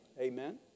Amen